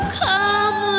come